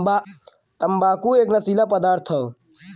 तम्बाकू एक नसीला पदार्थ हौ